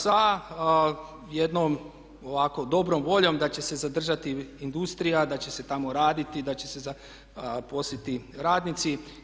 Sa jednom ovako dobrom voljom da će se zadržati industrija, da će se tamo raditi, da će se zaposliti radnici.